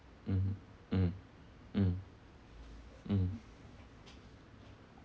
mmhmm mm mm mm